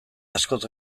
askoz